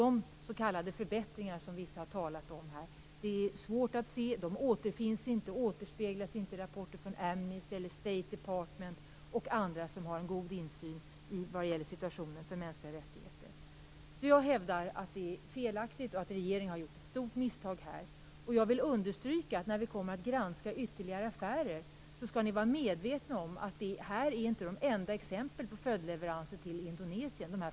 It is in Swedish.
De s.k. förbättringar som vissa har talat om här är svåra att se. De återfinns eller återspeglas inte i rapporter från Amnesty, State Department eller andra som har en god insyn i situationen för mänskliga rättigheter. Jag hävdar alltså att detta är felaktigt och att regeringen har gjort ett stort misstag här. Jag vill dessutom understryka att när vi skall granska ytterligare affärer skall man vara medveten om att dessa fartygskanoner inte är de enda exemplen på följdleveranser till Indonesien.